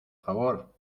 favor